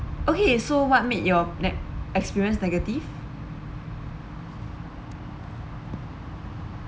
okay so what made you ne~ experience negative